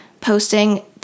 posting